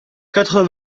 quatre